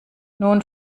nun